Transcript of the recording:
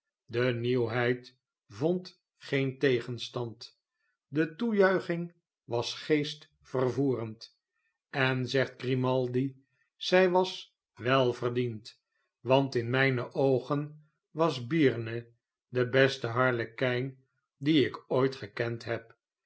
de nieuwheid vond geen tegenstand de toejuiching was geestvervoerend en zegt grimaldi zij was welverdiend wantinmijne oogen was byrne de beste harlekijn dien ik ooit gekend heb